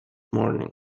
morning